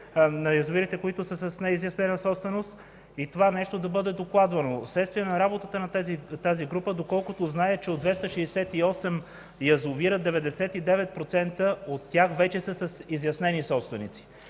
на язовирите с неизяснена собственост и това да бъде докладвано. Следствие на работата на тази група, доколкото зная, от 268 язовира 99% от тях вече са с изяснени собственици.